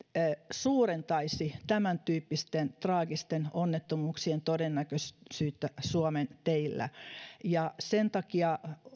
suurentaisi tämän tyyppisten traagisten onnettomuuksien todennäköisyyttä suomen teillä sen takia